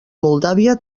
moldàvia